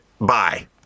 bye